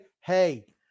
hey